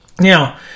Now